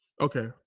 Okay